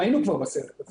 היינו כבר בסרט הזה.